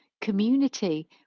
community